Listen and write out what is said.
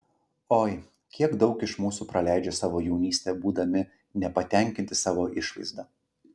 oi kiek daug iš mūsų praleidžia savo jaunystę būdami nepatenkinti savo išvaizda